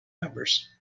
members